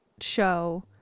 show